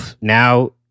Now